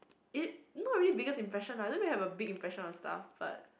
it not really biggest impression ah lemme have big impression on staff but